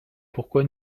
pourquoi